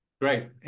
Great